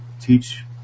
teach